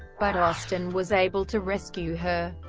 but austin was able to rescue her.